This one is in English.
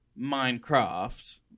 Minecraft